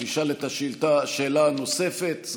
תשאל את השאילתה שאלה נוספת,